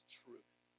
truth